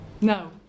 No